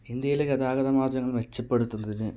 ഇന്ത്യയിലെ ഗതാഗത മാർഗ്ഗങ്ങൾ മെച്ചപ്പെടുത്തുന്നതിന്